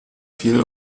fiel